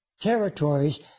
territories